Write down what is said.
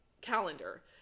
calendar